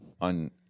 on